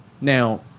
Now